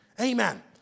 Amen